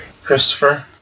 Christopher